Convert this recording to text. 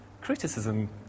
criticism